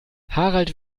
harald